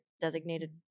designated